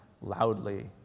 loudly